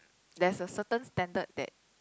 there's a certain standard that